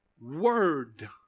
word